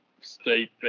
state